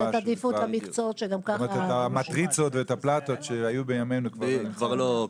זאת אומרת את המטריצות ואת הפלטות שהיו בימינו --- כבר לא.